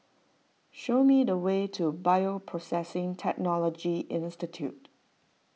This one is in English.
show me the way to Bioprocessing Technology Institute